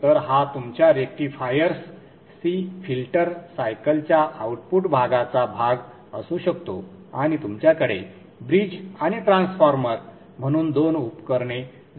तर हा तुमच्या रेक्टिफायर्स C फिल्टर सायकलच्या आउटपुट भागाचा भाग असू शकतो आणि तुमच्याकडे ब्रिज आणि ट्रान्सफॉर्मर म्हणून दोन उपकरणे जोडलेली आहेत